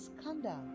scandal